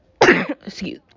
excuse